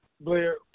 Blair